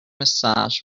massage